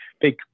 big